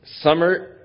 summer